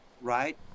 right